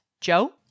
Joe